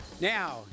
Now